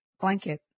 blanket